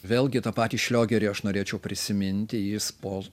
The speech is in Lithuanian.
vėlgi tą patį šliogerį aš norėčiau prisiminti jis po